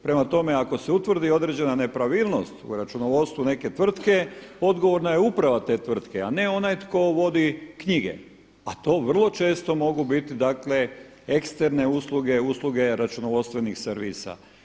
Prema tome, ako se utvrdi određena nepravilnost u računovodstvu neke tvrtke odgovorna je uprava te tvrtke a ne onaj tko vodi knjige a to vrlo često mogu biti dakle eksterne usluge, usluge računovodstvenih servisa.